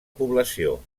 població